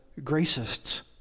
gracists